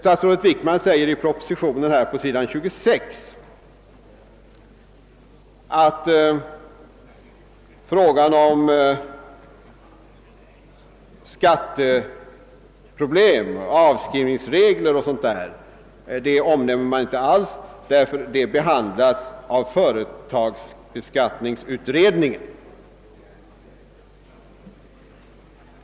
På s. 26 i propositionen säger statsrådet Wickman, att skatteproblemen och avskrivningsreglerna behandlas av företagsbeskattningsutredningen.